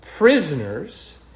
Prisoners